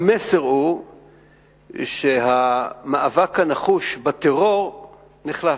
המסר הוא שהמאבק הנחוש בטרור נחלש,